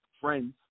friends